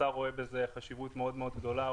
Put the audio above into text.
השר רואה בזה חשיבות מאוד מאוד גדולה.